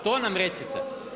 To nam recite.